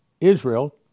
Israel